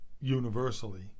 universally